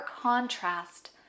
contrast